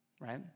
right